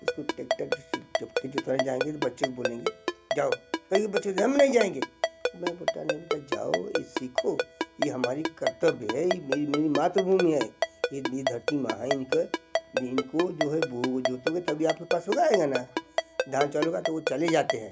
उसको टेक्टर से जब खेत जोतवाने जाएंगे तो बच्चे को बोलेंगे जाओ कहेंगे बच्चे तो हम नहीं जाएंगे मैं बोलता नहीं बेटा जाओ ये सीखो ये हमारी कर्त्तव्य है ये मेरी मेरी मातृभूमि है ये ये धरती माँ हैं इनका इनको जो है भू को जोतोगे तभी आप के पास उगाएगा ना धान चावल उगा तो वो चले जाते हैं